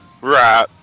Right